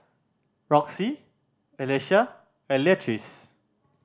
Roxie Alesia and Leatrice